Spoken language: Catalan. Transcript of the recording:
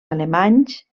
alemanys